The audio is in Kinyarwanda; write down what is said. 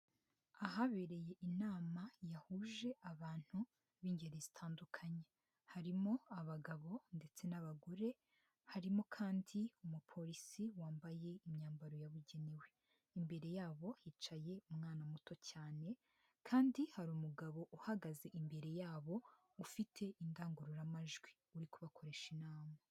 Ahabereye inama yahuje abantu b'ingeri zitandukanye, harimo abagabo ndetse n'abagore, harimo kandi umupolisi wambaye imyambaro yabugenewe, imbere yabo hicaye umwana muto cyane kandi hari umugabo uhagaze imbere yabo ufite indangururamajwi uri kubakoresha inama.